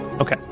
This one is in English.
Okay